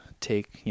take